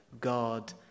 God